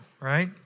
right